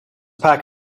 pack